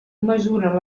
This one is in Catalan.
mesuren